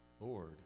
Lord